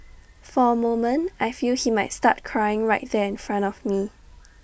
for A moment I feel he might start crying right there in front of me